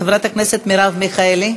חברת הכנסת מרב מיכאלי.